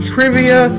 Trivia